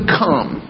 come